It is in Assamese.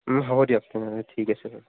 ওম হ'ব দিয়ক তেনেহ'লে ঠিক আছে বাৰু